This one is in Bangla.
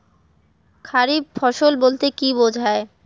খারিফ ফসল বলতে কী বোঝায়?